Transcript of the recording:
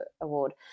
award